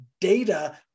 data